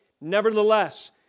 Nevertheless